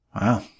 Wow